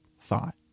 thought